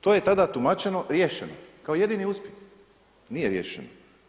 To je tada tumačeno riješeno kao jedini uspjeh, nije riješeno.